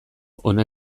hona